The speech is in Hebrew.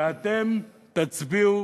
ואתם תצביעו